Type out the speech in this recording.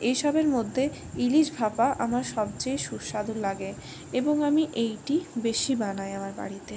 এইসবের মধ্যে ইলিশ ভাপা আমার সবচেয়ে সুস্বাদু লাগে এবং আমি এইটি বেশি বানাই আমার বাড়িতে